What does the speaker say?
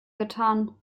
getan